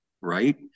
right